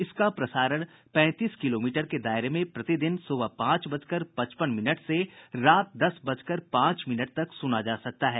इसका प्रसारण पैंतीस किलोमीटर के दायरे में प्रतिदिन सुबह पांच बजकर पचपन मिनट से रात दस बजकर पांच मिनट तक सुना जा सकता है